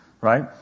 right